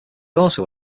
also